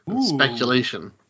Speculation